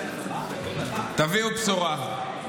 תביאו בשורה.